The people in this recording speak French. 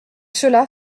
cela